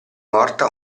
morta